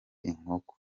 inkoko